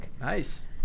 Nice